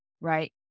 right